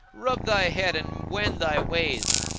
rub thy head and wend thy ways!